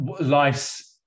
life's